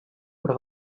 però